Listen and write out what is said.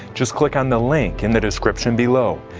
just click on the link in the description below.